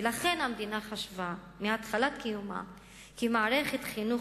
ולכן המדינה חשבה מהתחלת קיומה כי מערכת חינוך